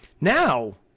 Now